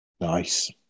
Nice